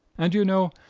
and, you know,